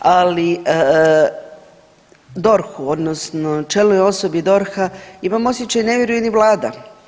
Ali DORH-u odnosno čelnoj osobi DORH-a ima osjećaj ne vjeruje ni vlada.